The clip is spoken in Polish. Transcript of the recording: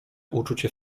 uczucie